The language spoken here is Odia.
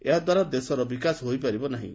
ଏହାଦ୍ୱାରା ଦେଶର ବିକାଶ ହୋଇପାରିବ ନାହିଁ